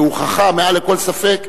שהוכחה מעל לכל ספק,